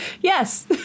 Yes